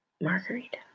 margarita